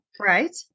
Right